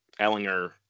Ellinger